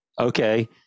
Okay